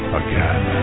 again